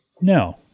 No